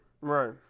Right